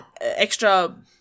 extra